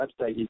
website